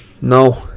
no